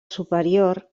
superior